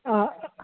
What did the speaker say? অঁ